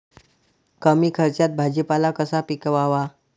कमी खर्चात भाजीपाला कसा पिकवावा?